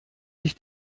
sich